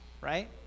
right